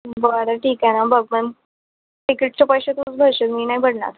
बरं ठीक आहे ना बघ पण टीकेटचे पैसे तूच भरशील मी नाही भरणार